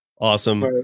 awesome